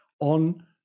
on